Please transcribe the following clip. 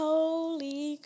Holy